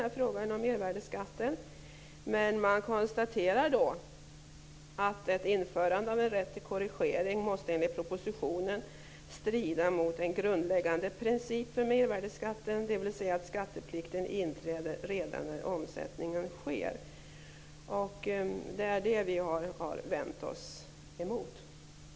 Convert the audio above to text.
Man har dock i propositionen konstaterat att ett införande av en rätt till korrigering skulle strida mot den grundläggande principen för mervärdesskatten att skatteplikten inträder redan när omsättningen sker. Det är det som vi har vänt oss emot.